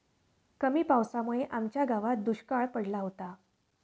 कमी पावसामुळे आमच्या गावात दुष्काळ पडला होता